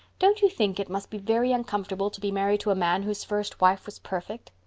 don't you think it must be very uncomfortable to be married to a man whose first wife was perfect?